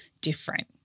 different